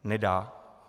Nedá!